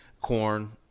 corn